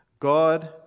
God